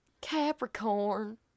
Capricorn